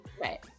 Right